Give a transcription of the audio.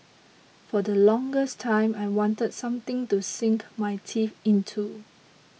for the longest time I wanted something to sink my teeth into